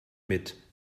mit